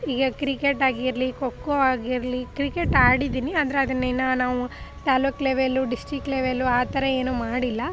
ಈಗ ಕ್ರಿಕೆಟ್ ಆಗಿರಲಿ ಖೋಖೋ ಆಗಿರಲಿ ಕ್ರಿಕೆಟ್ ಆಡಿದ್ದೀನಿ ಆದರೆ ಅದನ್ನು ಇನ್ನೂ ನಾವು ತಾಲ್ಲೂಕು ಲೆವೆಲ್ಲು ಡಿಸ್ಟಿಕ್ ಲೆವೆಲ್ಲು ಆ ಥರ ಏನೂ ಮಾಡಿಲ್ಲ